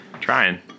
Trying